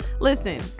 listen